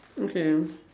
okay